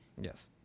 Yes